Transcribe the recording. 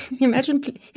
Imagine